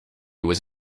was